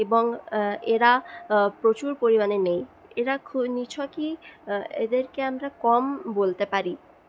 এবং এরা প্রচুর পরিমাণে নেই এরা নিছকই এদেরকে আমরা কম বলতে পারি